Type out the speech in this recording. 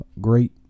great